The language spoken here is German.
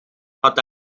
hat